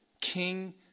King